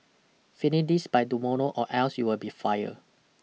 finish this by tomorrow or else you will be fire